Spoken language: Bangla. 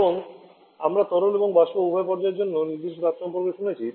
এবং আমরা তরল এবং বাষ্প উভয় পর্যায়ের জন্য নির্দিষ্ট তাপ সম্পর্কে শুনেছি